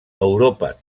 europa